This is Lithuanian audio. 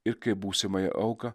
ir kaip būsimąją auką